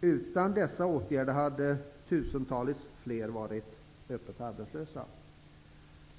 Utan dessa åtgärder hade tusentals fler varit öppet arbetslösa.